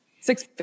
six